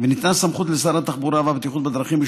וניתנה סמכות לשר התחבורה והבטיחות בדרכים,